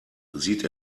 sieht